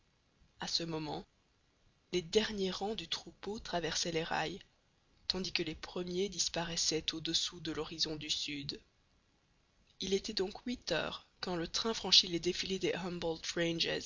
a ce moment les derniers rangs du troupeau traversaient les rails tandis que les premiers disparaissaient au-dessous de l'horizon du sud il était donc huit heures quand le train franchit les défilés des